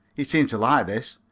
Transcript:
he seemed to like this.